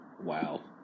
Wow